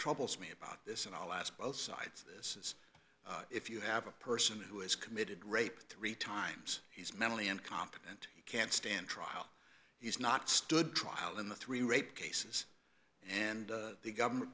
troubles me about this and i'll ask both sides this is if you have a person who has committed rape three times he's mentally incompetent can't stand trial he's not stood trial in the three rape cases and the government